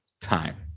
time